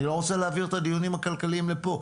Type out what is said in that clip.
אני לא רוצה להעביר את הדיונים הכלכליים לפה,